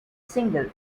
single